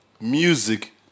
music